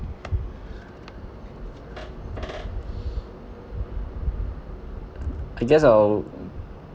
I guess I'll